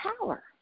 power